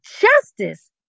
justice